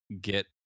get